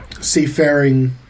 seafaring